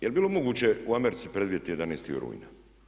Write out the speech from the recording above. Je li bilo moguće u Americi predvidjeti 11. rujna?